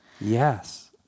Yes